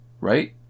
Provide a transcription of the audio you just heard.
right